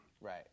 Right